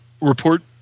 Report